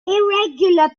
irregular